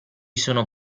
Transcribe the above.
sono